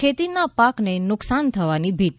ખેતીના પાકને નુકશાન થવાની ભીતી